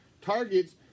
targets